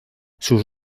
sus